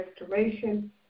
restoration